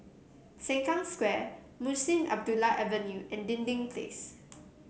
Sengkang Square Munshi Abdullah Avenue and Dinding Place